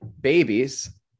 babies